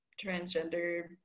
transgender